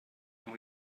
and